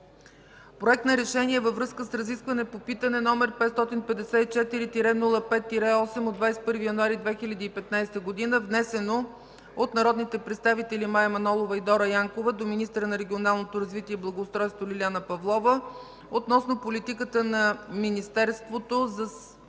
„Проект! РЕШЕНИЕ във връзка с разискване по питане № 554-05-8 от 21 януари 2015 г., внесено от народните представители Мая Манолова и Дора Янкова до министъра на регионалното развитие и благоустройството Лиляна Павлова относно политиката на Министерството на